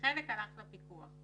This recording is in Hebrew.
וחלק הלך לפיקוח.